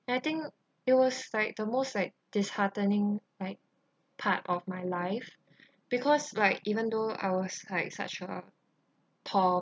and I think it was like the most like disheartening like part of my life because like even though I was like such a tall